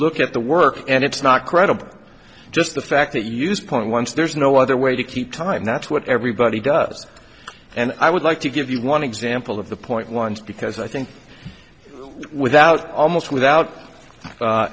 look at the work and it's not credible just the fact that you use point once there's no other way to keep time that's what everybody does and i would like to give you one example of the point ones because i think without almost